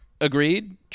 agreed